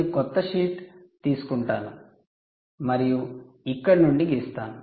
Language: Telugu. నేను కొత్త షీట్ తీసుకుంటాను మరియు ఇక్కడ నుండి గీస్తాను